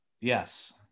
Yes